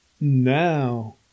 Now